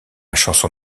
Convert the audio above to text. chanson